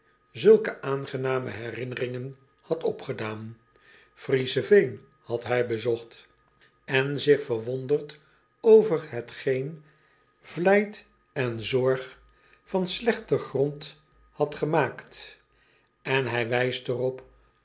zulke aangename herinneringen had opgedaan riezenveen had hij bezocht en zich verwonderd over hetgeen vlijt en zorg van slechten grond acobus raandijk andelingen door ederland met pen en potlood eel had gemaakt en hij wijst er